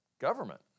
Government